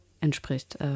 entspricht